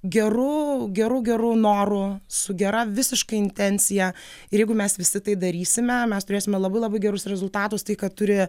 geru geru geru noru su gera visiškai intencija ir jeigu mes visi tai darysime mes turėsime labai labai gerus rezultatus tai ką turi